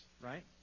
right